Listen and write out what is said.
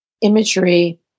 imagery